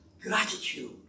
gratitude